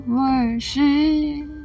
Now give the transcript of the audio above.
worship